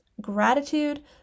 Gratitude